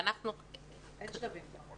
אין כאן שלבים.